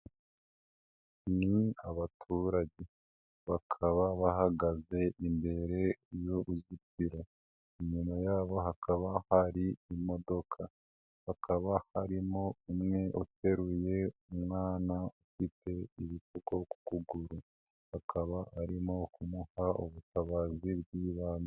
Ni abaturage. Bakaba bahagaze imbere y'uruzitiro. Inyuma yabo hakaba hari imodoka. Hakaba harimo umwe uteruye umwana ufite ibipfuko ku kuguru. Akaba arimo kumuha ubutabazi bw'ibanze.